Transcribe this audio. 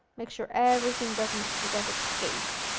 make sure everything doesn't i guess, escape.